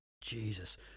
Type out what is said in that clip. Jesus